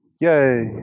Yay